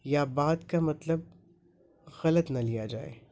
یا بات کا مطلب خغلط نہ لیا جائے